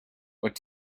what